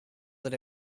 that